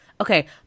okay